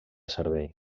servei